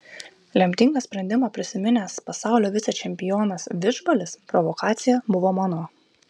lemtingą sprendimą prisiminęs pasaulio vicečempionas didžbalis provokacija buvo mano